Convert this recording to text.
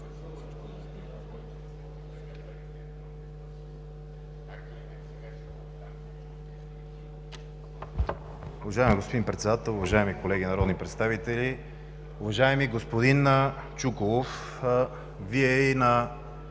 Уважаеми господин Председател, уважаеми колеги народни представители! Уважаеми господин Чуколов! Вие и на